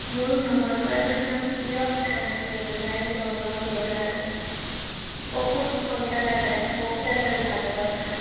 মোৰ ভ্ৰমণ কৰা কিছুমান প্ৰিয় স্থান হৈছে যেনেদৰে নগাঁওৰ বৰদোৱা থান বহুত সংখ্য়ক আছে বহুত আছে ভালপোৱা স্থান